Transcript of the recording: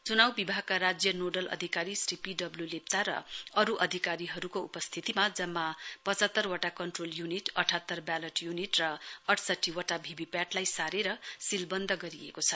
च्नाउ विभागका राज्य नोडल अधिकारी श्री पी डबल्यू लेप्चा र अरु अधिकारीहरुको उपस्थितिमा जम्मा पचहत्तरवटा कन्ट्रोल यूनिट अठात्तर बेलोट यूनिट र अडस्तठीवटा भीभीपैट लाई सारेर सीलवन्द गरिएको छ